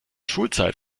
schulzeit